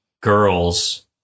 girls